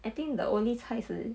I think the only 菜是